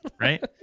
Right